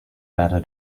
better